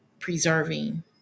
preserving